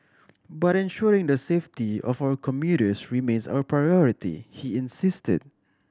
but ensuring the safety of our commuters remains our priority he insisted